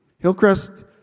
Hillcrest